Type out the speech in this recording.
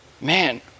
man